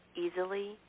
easily